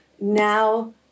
Now